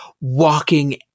walking